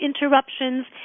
interruptions